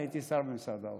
אני הייתי שר במשרד האוצר.